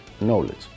knowledge